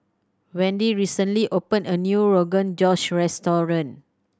Wendy recently opened a new Rogan Josh Restaurant